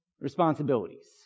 responsibilities